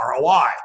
ROI